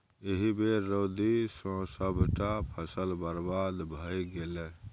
एहि बेर रौदी सँ सभटा फसल बरबाद भए गेलै